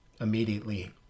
immediately